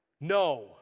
No